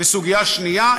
וסוגיה שנייה,